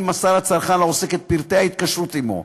אם מסר הצרכן לעוסק את פרטי ההתקשרות עמו,